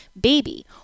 baby